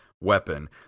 weapon